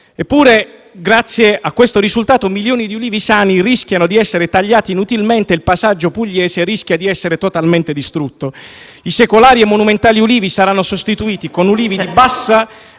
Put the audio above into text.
Eppure, grazie a questo risultato, milioni di ulivi sani rischiano di essere tagliati inutilmente e il paesaggio pugliese rischia di essere totalmente distrutto. I secolari e monumentali ulivi saranno sostituiti con ulivi bassi...